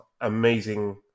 amazing